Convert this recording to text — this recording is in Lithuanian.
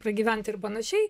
pragyvent ir panašiai